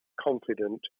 confident